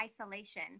isolation